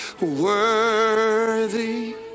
worthy